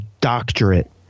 doctorate